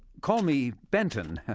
call me benton.